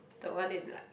the one in like